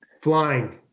Flying